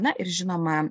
na ir žinoma